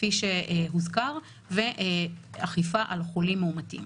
כפי שהוזכר ואכיפה על חולים מאומתים.